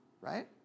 right